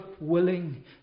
willing